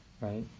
right